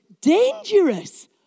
dangerous